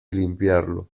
limpiarlo